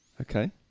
Okay